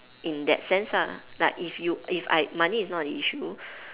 in that sense ah like if you if I money is not an issue